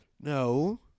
No